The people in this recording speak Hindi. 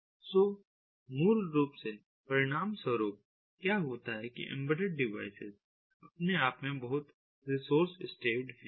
सो मूल रूप से परिणाम स्वरूप क्या होता है कि एंबेडेड डिवाइसेज अपने आप में बहुत रिसोर्स स्टेवड हैं